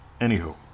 Anywho